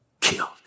killed